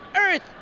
earth